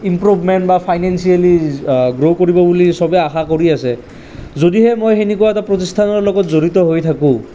improvement বা financially grow কৰিব বুলি সবে আশা কৰি আছে যদিহে মই সেনেকুৱা এটা প্ৰতিষ্ঠানৰ লগত জড়িত হৈ থাকোঁ